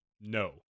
No